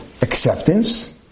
acceptance